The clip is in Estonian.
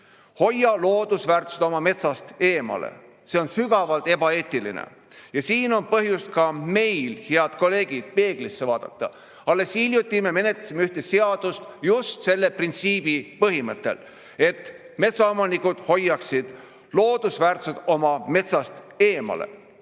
hoia loodusväärtused oma metsast eemal. See on sügavalt ebaeetiline ja siin on põhjust ka meil, head kolleegid, peeglisse vaadata. Alles hiljuti me menetlesime ühte seadust just selle printsiibi põhimõttel, et metsaomanikud hoiaksid loodusväärtused oma metsast eemal.